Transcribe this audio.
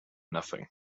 nothing